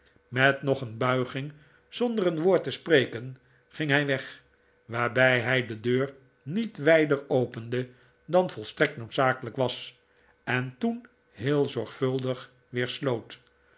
met nog een bulging zonder een woord te spreken ging hij weg waarbij hij de deur niet wijder opende dan volstrekt noodzakelijk was en toen heel zorgvuldig weer sloot